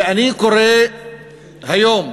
ואני קורא לרשויות היום,